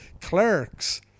Clerks